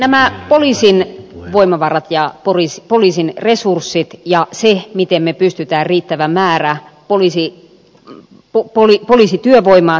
nämä poliisin voimavarat ja poliisin resurssit ja se miten me pystymme riittävän määrän poliisityövoimaa säilyttämään